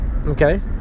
Okay